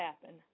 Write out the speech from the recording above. happen